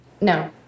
No